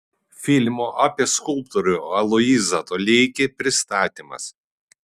filmo apie skulptorių aloyzą toleikį pristatymas